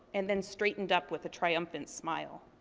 and then straightened up with a triumphant smile.